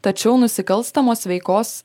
tačiau nusikalstamos veikos